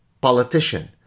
politician